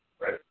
right